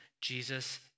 Jesus